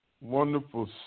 wonderful